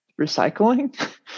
recycling